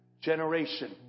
generation